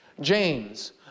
James